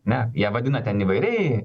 ne jie vadina ten įvairiai